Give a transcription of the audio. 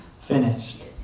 finished